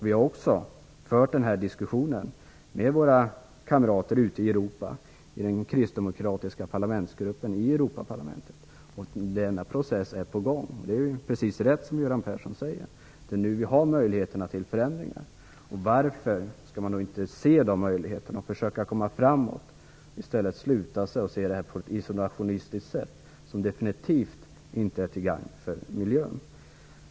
Vi har också fört denna diskussion med våra kamrater ute i Europa i den kristdemokratiska parlamentsgruppen i Europaparlamentet. Denna process är på gång. Det är helt rätt som Göran Persson säger, att det är nu vi har möjligheterna till förändringar. Varför skall vi då inte se dessa möjligheter och försöka komma framåt? Att i stället sluta sig och se frågan på ett isolationistiskt sätt är definitivt inte till gagn för miljön.